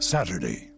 Saturday